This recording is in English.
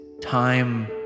time